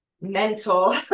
mental